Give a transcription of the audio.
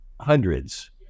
hundreds